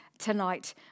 tonight